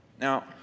Now